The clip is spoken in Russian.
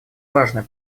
важно